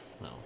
No